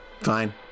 fine